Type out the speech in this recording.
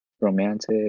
romantic